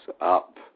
up